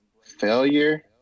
failure